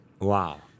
wow